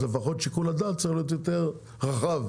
לפחות שיקול הדעת צריך להיות יותר רחב.